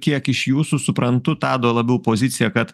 kiek iš jūsų suprantu tado labiau pozicija kad